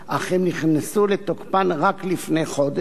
אך הן נכנסו לתוקף לפני כחודש